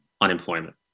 unemployment